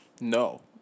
No